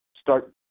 start